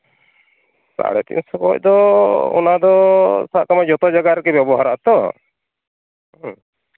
ᱥᱟᱬᱮ ᱛᱤᱱᱥᱚ ᱠᱷᱚᱱ ᱫᱚ ᱚᱱᱟᱫᱚ ᱥᱟᱵ ᱠᱟᱜ ᱢᱮ ᱡᱚᱛᱚ ᱡᱟᱭᱜᱟ ᱨᱮᱜᱮ ᱵᱮᱵᱚᱦᱟᱨᱚᱜᱼᱟ ᱛᱚ ᱦᱮᱸ